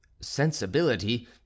sensibility